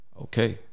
Okay